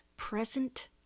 Present